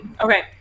Okay